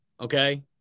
Okay